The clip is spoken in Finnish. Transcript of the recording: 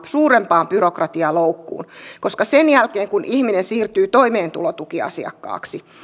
suurempaan byrokratialoukkuun koska sen jälkeen kun ihminen siirtyy toimeentulotukiasiakkaaksi